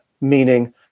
meaning